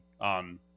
on